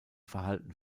verhalten